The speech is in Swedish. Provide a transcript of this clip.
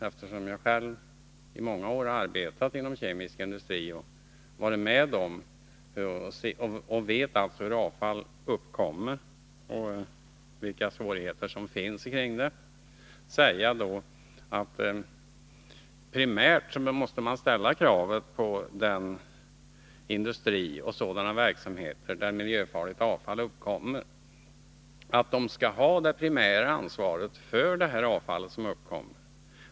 Eftersom jag själv under många år har arbetat inom kemisk industri och vet hur avfall uppkommer och vilka svårigheter som finns kring det, kan jag säga att de verksamheter där miljöfarligt avfall uppkommer skall ha det primära ansvaret för avfallet.